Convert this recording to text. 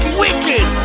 wicked